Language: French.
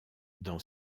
dans